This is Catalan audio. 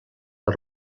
per